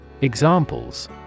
Examples